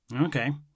okay